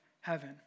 heaven